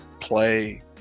play